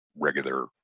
regular